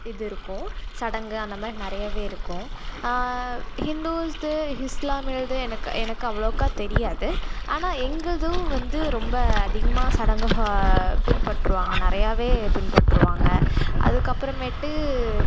இது இருக்கும் சடங்கு அந்த மாதிரி நிறையவே இருக்கும் ஹிந்துஸ்து ஹிஸ்லாமியல்து எனக்கு எனக்கு அவ்வளோக்கா தெரியாது ஆனால் எங்களுதும் வந்து ரொம்ப அதிகமாக சடங்குங்க பின்பற்றுவாங்கள் நிறையாவே பின்பற்றுவாங்கள் அதுக்கப்புறமேட்டு